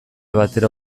batera